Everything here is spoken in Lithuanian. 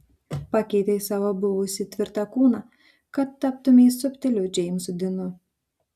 pakeitei savo buvusį tvirtą kūną kad taptumei subtiliu džeimsu dinu